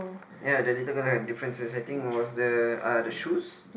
ya the little girl have differences I think it was the uh the shoes